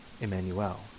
Emmanuel